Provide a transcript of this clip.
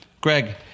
Greg